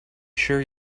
sure